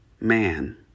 man